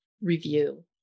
review